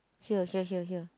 here here here here